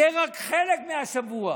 שיהיה רק בחלק מהשבוע